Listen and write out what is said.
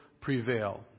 prevail